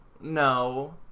no